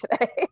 today